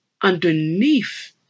underneath